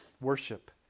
worship